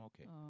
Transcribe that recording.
Okay